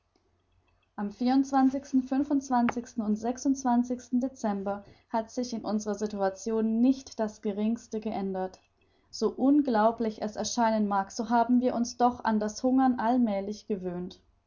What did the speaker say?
am dezember hat sich in unserer situation nicht das geringste geändert so unglaublich es erscheinen mag so haben wir uns doch an das hungern allmälig gewöhnt